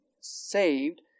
saved